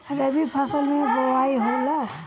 रबी फसल मे बोआई होला?